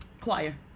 choir